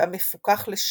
והמפוכח לשירה,